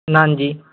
ਨਾ ਜੀ